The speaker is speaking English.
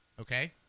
okay